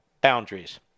boundaries